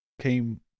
came